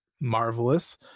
Marvelous